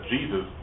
Jesus